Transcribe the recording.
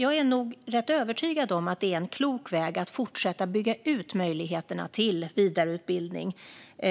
Jag är nog rätt övertygad om att det är en klok väg att fortsätta bygga ut möjligheterna till vidareutbildning